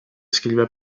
scrive